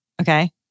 okay